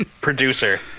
producer